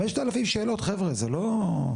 5,000 שאלות, חבר'ה, זה לא.